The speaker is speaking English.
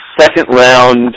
second-round